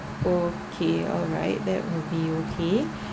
okay alright that would be okay